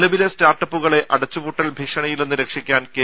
നിലവിലെ സ്റ്റാർട്ടപ്പുകളെ അടച്ചുപൂട്ടൽ ഭീഷണിയിൽ നിന്ന് രക്ഷിക്കാൻ കെ